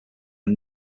are